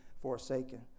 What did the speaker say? forsaken